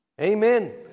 Amen